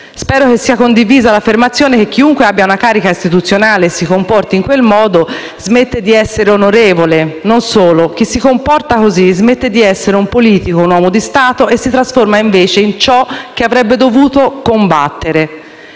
Spero che sia condivisa l'affermazione che chiunque abbia una carica istituzionale e si comporti in quel modo, smette di essere onorevole. Non solo, chi si comporta così smette di essere un politico, un uomo di Stato e si trasforma invece in ciò che avrebbe dovuto combattere.